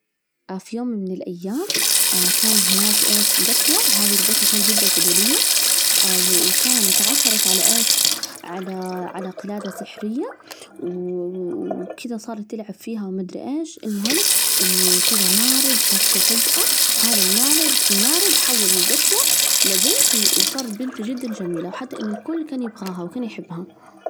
في يوم من الأيام كان هناك إيش؟ قطوة، وهذه القطوة كانت جداً فضولية، وكانت عثرت على إيش؟ علي على قلادة سحرية، وكذا صارت تلعب فيها وما أدري إيش، المهم إنه كذا مارد شافته فجأة، وهذا المارد مارد حول القطوة لبنت وصارت بنت جداً جميلة، وحتى إن الكل كان يبغاها وكان يحبها.